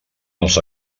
els